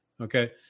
Okay